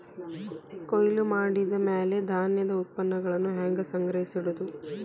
ಕೊಯ್ಲು ಮಾಡಿದ ಮ್ಯಾಲೆ ಧಾನ್ಯದ ಉತ್ಪನ್ನಗಳನ್ನ ಹ್ಯಾಂಗ್ ಸಂಗ್ರಹಿಸಿಡೋದು?